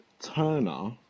Turner